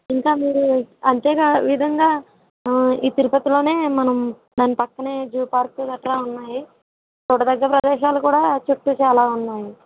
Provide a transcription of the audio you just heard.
ఇంకా మీరు అంతే గా విదంగా ఈ తిరుపతిలోనే మనం దాని పక్కనే జూ పార్కు గట్రా ఉన్నాయి చూడదగ్గ ప్రదేశాలు కూడా చుట్టూ చాలా ఉన్నాయి